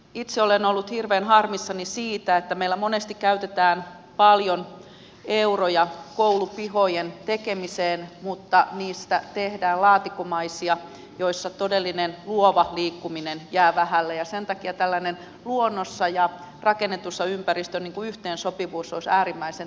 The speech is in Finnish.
itse olen ollut hirveän harmissani siitä että meillä monesti käytetään paljon euroja koulupihojen tekemiseen mutta niistä tehdään laatikkomaisia jolloin todellinen luova liikkuminen jää vähälle ja sen takia tällainen luonnon ja rakennetun ympäristön yhteensopivuus olisi äärimmäisen tärkeätä